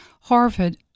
Harvard